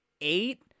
eight